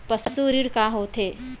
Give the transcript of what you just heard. पशु ऋण का होथे?